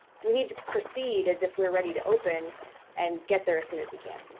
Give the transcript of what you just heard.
we need to proceed as if we're ready to open and get there as soon as we can.